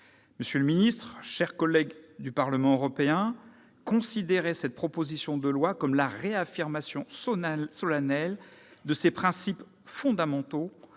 Monsieur le ministre, mes chers collègues du Parlement européen, je vous invite à considérer cette proposition de loi comme la réaffirmation solennelle de ces principes fondamentaux